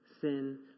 sin